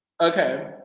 Okay